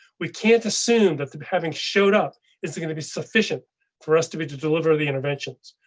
we can't assume that having showed up is going to be sufficient for us to be to deliver the interventions.